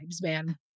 man